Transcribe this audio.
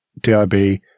DIB